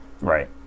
right